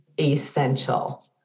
essential